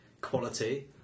quality